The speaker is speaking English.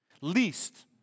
Least